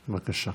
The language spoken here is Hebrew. בבקשה.